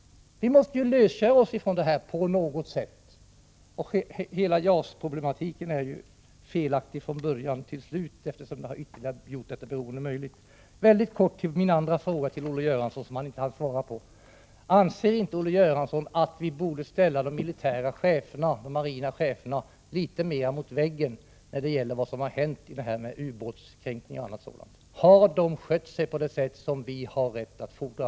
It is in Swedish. Vi måste lösgöra oss från beroendet på något sätt. Hela JAS-projektet är ju felaktigt från början till slut, eftersom det har gjort ytterligare beroende möjligt. Jag vill åter ställa min andra fråga till Olle Göransson, eftersom han inte hann svara på den. Anser inte Olle Göransson att vi borde ställa de militära, marina cheferna litet mer mot väggen med anledning av vad som har hänt i samband med ubåtskränkningar och annat sådant? Har de skött sig på det sätt som vi har rätt att fordra?